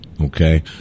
Okay